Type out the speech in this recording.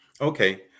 okay